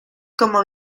como